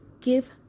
give